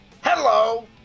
Hello